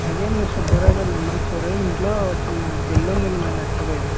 అదే మీ సుబ్బారావు గారు నెంబర్ ఇచ్చారు ఇంట్లో చిన్న పెళ్ళి ఉందండి మా అక్కది